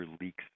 leaks